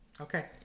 Okay